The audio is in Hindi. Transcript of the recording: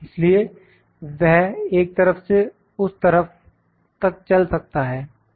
इसलिए वह एक तरफ से उस तरफ तक चल सकता है